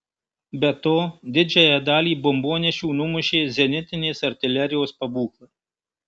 be to didžiąją dalį bombonešių numušė zenitinės artilerijos pabūklai